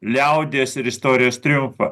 liaudies ir istorijos triumfą